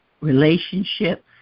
relationships